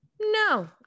No